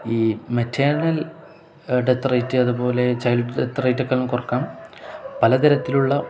ഈ maternal death rate അതുപോലെ child death റേറ്റൊക്കെ കുറയ്ക്കാം പലതരത്തിലുള്ള